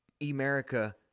America